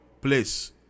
place